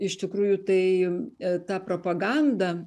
iš tikrųjų tai ta propaganda